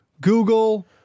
Google